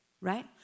right